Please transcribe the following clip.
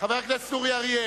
חבר הכנסת אורי אריאל,